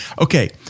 Okay